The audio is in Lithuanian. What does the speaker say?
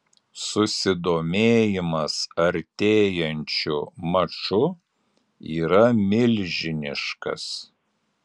susidomėjimas artėjančiu maču yra milžiniškas